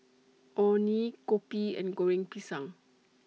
Orh Nee Kopi and Goreng Pisang